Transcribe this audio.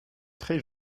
très